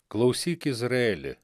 klausyk izraeli